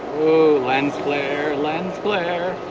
ooh, lens flare! lens flare!